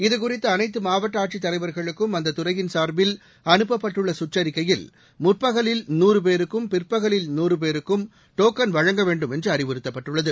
இது குறித்து அனைத்து மாவட்ட ஆட்சித் தலைவர்களுக்கும் அந்த துறையின் சார்பில் அனுப்ப்பட்டுள்ள சுற்றிக்கையில் முற்பகலில் நாறு பேருக்கும் பிற்பகலில் நூறு பேருக்கும் டோக்கடன் வழங்க வேண்டும் என்று அறிவுறுத்தப்பட்டுள்ளது